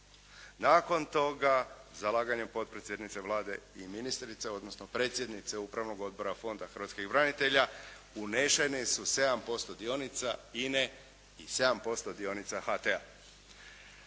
Nakon toga zalaganjem potpredsjednice Vlade i ministrice odnosno predsjednice Upravnog odbora Fonda hrvatskih branitelja unešene su 7% dionica INA-e i 7% dionica HT-a.